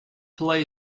play